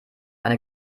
eine